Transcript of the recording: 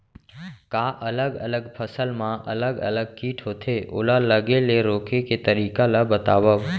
का अलग अलग फसल मा अलग अलग किट होथे, ओला लगे ले रोके के तरीका ला बतावव?